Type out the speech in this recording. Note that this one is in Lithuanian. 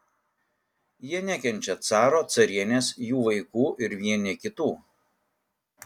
jie nekenčia caro carienės jų vaikų ir vieni kitų